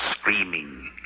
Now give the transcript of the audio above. screaming